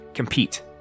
Compete